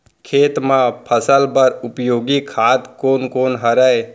खेत म फसल बर उपयोगी खाद कोन कोन हरय?